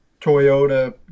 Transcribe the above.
Toyota